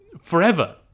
forever